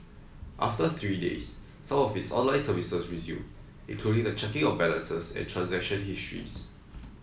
after three days some of its online services resumed including the checking of balances and transaction histories